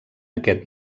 aquest